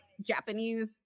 Japanese